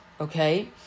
Okay